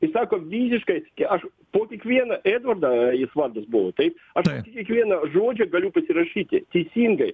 jis sako vyriškai aš to tik vieną edvardą jis vardas buvo taip aš į kiekvieną žodžiu galiu pasirašyti teisingai